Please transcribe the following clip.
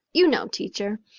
you know, teacher.